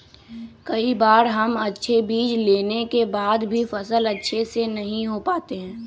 कई बार हम अच्छे बीज लेने के बाद भी फसल अच्छे से नहीं हो पाते हैं?